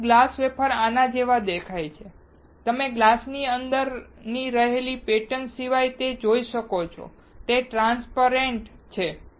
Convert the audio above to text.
પરંતુ glass wafer આના જેવો દેખાય છે તમે ગ્લાસ ની અંદર રહેલી પેટર્ન સિવાય તે જોઈ શકો છો તે ટ્રાન્સ્પરેન્ટ છે